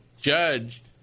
judged